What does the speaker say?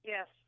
Yes